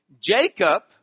Jacob